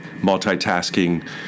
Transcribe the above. multitasking